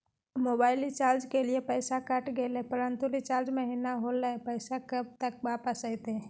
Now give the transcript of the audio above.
Mobile recharge के लिए पैसा कट गेलैय परंतु रिचार्ज महिना होलैय, पैसा कब तक वापस आयते?